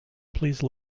please